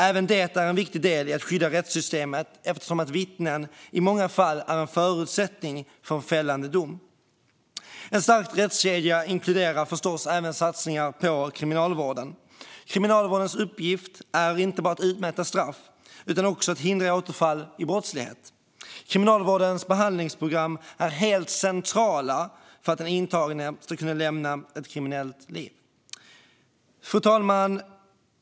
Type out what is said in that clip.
Även det är en viktig del i att skydda rättssystemet, eftersom vittnen i många fall är en förutsättning för fällande dom. En stark rättskedja inkluderar förstås även satsningar på kriminalvården. Kriminalvårdens uppgift är inte bara att utmäta straff utan också att förhindra återfall i brottslighet. Kriminalvårdens behandlingsprogram är helt centrala för att den intagne ska kunna lämna ett kriminellt liv. Fru talman!